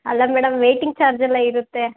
ಅಲ್ಲ madam waiting charge ಎಲ್ಲ ಇರುತ್ತೆ